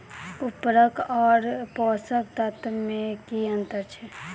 उर्वरक आर पोसक तत्व मे की अन्तर छै?